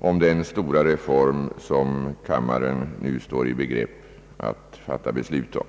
om den stora reform som kammaren nu står i begrepp att fatta beslut om.